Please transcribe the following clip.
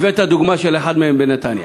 הבאת דוגמה של אחד מהם, בנתניה.